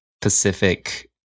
Pacific